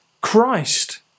Christ